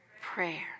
prayer